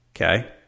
Okay